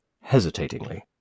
hesitatingly